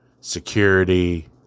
security